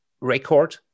record